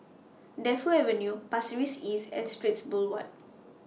Defu Avenue Pasir Ris East and Straits Boulevard